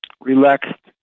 relaxed